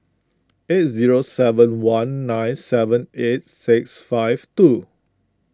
eight zero seven one nine seven eight six five two